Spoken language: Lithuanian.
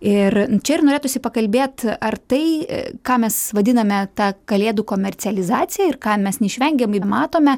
ir čia ir norėtųsi pakalbėt ar tai ką mes vadiname ta kalėdų komercializacija ir ką mes neišvengiamai matome